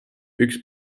üks